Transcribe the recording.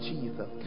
Jesus